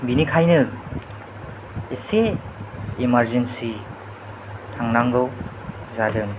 बिनिखायनो एसे इमारजेन्सि थांनांगौ जादों